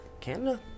Canada